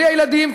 בלי הילדים,